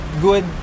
Good